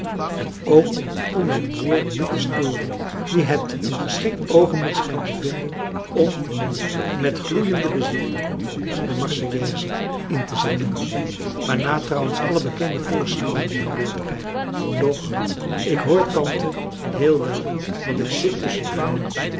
en ook om mijn broer niet te storen die het een geschikt oogenblik schijnt te vinden om met gloeiende bezieling de marseillaise in te zetten waarna trouwens alle bekende volksliederen hun beurt krijgen doch ik hoor tante heel wel want ik zit tusschen haar